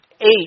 eight